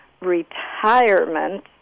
retirement